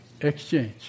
Exchange